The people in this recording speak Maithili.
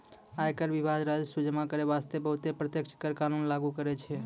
आयकर विभाग राजस्व जमा करै बासतें बहुते प्रत्यक्ष कर कानून लागु करै छै